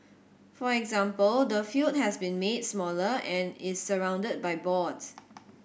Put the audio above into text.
for example the field has been made smaller and is surrounded by boards